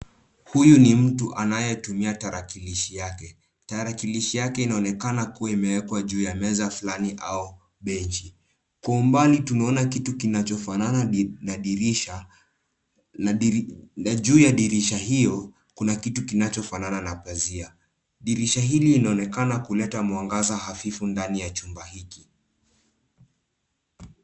Huyu ni mtu anayetumia tarakilishi yake. Tarakilishi yake inaonekana kuwa imewekwa juu ya meza fulani au benchi. Kwa umbali tunaona kitu kinachofanana na dirisha na juu ya dirisha hiyo, kuna kitu kinachofana na pazia. Dirisha hili linaonekana kuleta mwangaza hafifu ndani ya chumba hiki.